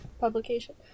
publication